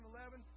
Eleven